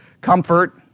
comfort